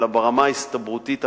אלא ברמה ההסתברותית-הממשית,